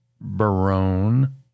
Barone